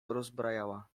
rozbrajała